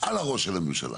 על הראש של הממשלה.